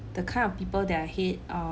the kind of people that I hate uh